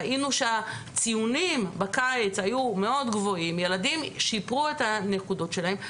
ראינו שהציונים בקיץ היו מאוד גבוהים ילדים שפרו את הנקודות שלהם.